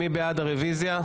מי בעד הרוויזיה?